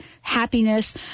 happiness